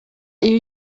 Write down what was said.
iyo